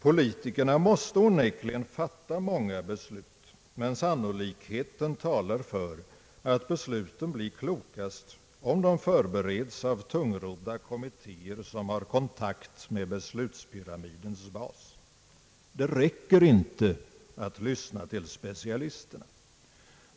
Politikerna måste onekligen fatta många beslut, men sannolikheten talar för att besluten blir klokast om de förbereds av tungrodda kommittéer som har kontakt med beslutspyramidens bas. Det räcker inte att lyssna till specialisterna.